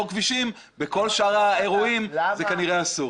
בכל שאר האירועים זה כנראה אסור.